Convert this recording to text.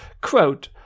Quote